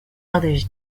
others